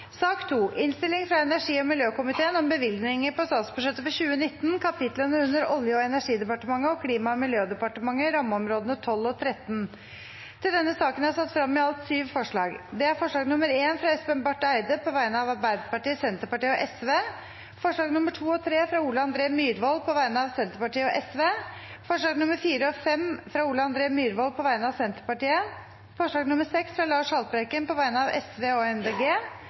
sak nr. 12. Stortinget er da klar til å gå til votering. Under debatten er det satt frem i alt syv forslag. Det er forslag nr. 1, fra Espen Barth Eide på vegne av Arbeiderpartiet, Senterpartiet og Sosialistisk Venstreparti forslagene nr. 2 og 3, fra Ole André Myhrvold på vegne av Senterpartiet og Sosialistisk Venstreparti forslagene nr. 4 og 5, fra Ole André Myhrvold på vegne av Senterpartiet forslag nr. 6, fra Lars Haltbrekken på vegne av Sosialistisk Venstreparti og